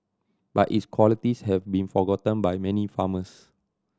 but its qualities have been forgotten by many farmers